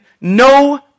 no